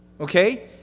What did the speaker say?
okay